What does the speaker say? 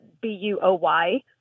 B-U-O-Y